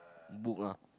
book ah